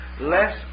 less